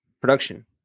production